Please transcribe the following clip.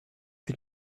sie